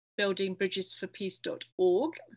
buildingbridgesforpeace.org